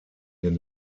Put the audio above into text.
den